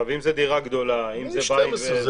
אם זה דירה גדולה, אם זה בית --- 12?